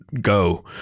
go